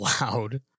loud